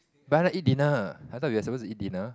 but I want to eat dinner I thought we are supposed to eat dinner